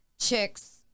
chicks